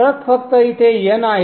फरक फक्त इथे N आहे